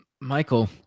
Michael